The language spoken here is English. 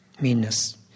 meanness